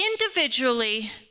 individually